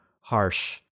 harsh